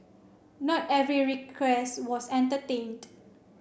not every request was entertained